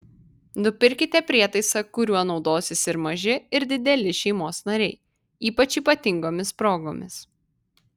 nupirkite prietaisą kuriuo naudosis ir maži ir dideli šeimos nariai ypač ypatingomis progomis